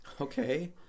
Okay